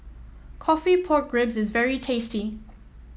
coffee Pork Ribs is very tasty